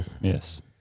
Yes